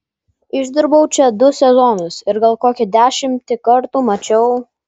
išdirbau čia du sezonus ir gal kokią dešimtį kartų mačiau